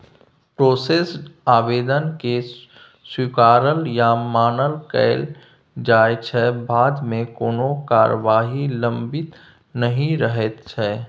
processed आबेदनकेँ स्वीकारल या मना कएल जाइ छै बादमे कोनो कारबाही लंबित नहि रहैत छै